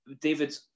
David